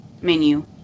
menu